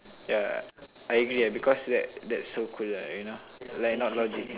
yeah I agree ah because that that is so cool lah like you know because it's not logic